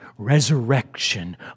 Resurrection